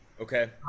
Okay